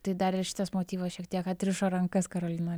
tai dar ir šitas motyvas šiek tiek atrišo rankas karolina